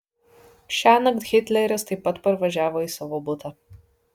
šiąnakt hitleris taip pat parvažiavo į savo butą